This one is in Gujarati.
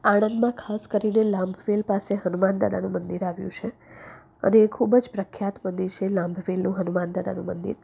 આણંદમાં ખાસ કરીને લાંભવેલ પાસે હનુમાનદાદાનું મંદિર આવ્યું છે એને એ ખૂબ જ પ્રખ્યાત મંદિર છે લાંભવેલ હુનમાનદાદાનું મંદિર